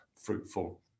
fruitful